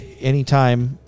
anytime